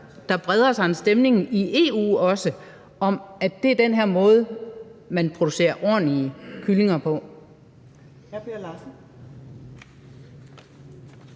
også breder sig en stemning i EU om, at det er den måde, som man producerer ordentlige kyllinger på.